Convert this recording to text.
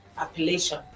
Appellation